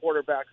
quarterbacks